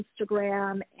Instagram